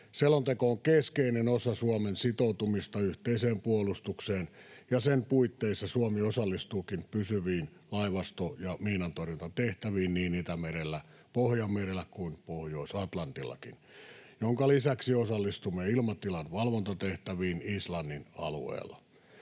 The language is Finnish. Selonteko on keskeinen osa Suomen sitoutumista yhteiseen puolustukseen, ja sen puitteissa Suomi osallistuukin pysyviin laivasto- ja miinantorjuntatehtäviin niin Itämerellä, Pohjanmerellä kuin Pohjois-Atlantillakin, minkä lisäksi osallistumme ilmatilan valvontatehtäviin Islannin alueella.